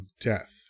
death